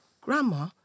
Grandma